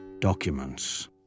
documents